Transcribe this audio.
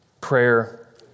prayer